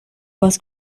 was